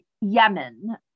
Yemen